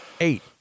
Eight